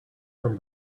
from